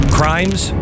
crimes